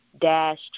dash